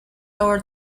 our